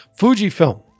Fujifilm